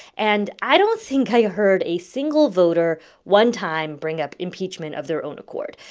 and i don't think i heard a single voter one time bring up impeachment of their own accord.